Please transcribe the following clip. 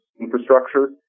infrastructure